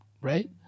right